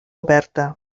oberta